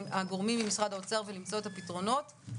הגורמים ממשרד האוצר ולמצוא את הפתרונות.